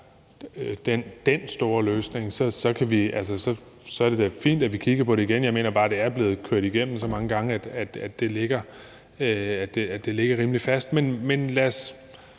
den store løsning, så er det da fint, at vi kigger på det igen. Jeg mener bare, at det er blevet kørt igennem så mange gange, at det ligger rimelig fast. Men for